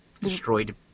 destroyed